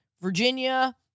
Virginia